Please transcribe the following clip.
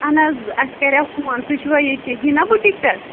اَہَن حظ اَسہِ کٔریٛاو فون تُہۍ چھِوا ییٚتہِ ہیٖنا بوٗٹیک پیٚٹھ